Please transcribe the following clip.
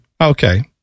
Okay